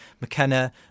McKenna